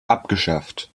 abgeschafft